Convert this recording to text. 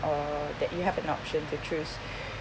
or that you have an option to choose